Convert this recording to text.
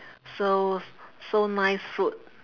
so so nice fruit